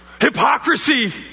Hypocrisy